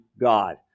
God